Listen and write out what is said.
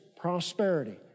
prosperity